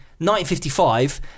1955